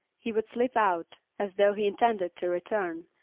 he would slip out as though he intended to return,